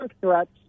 threats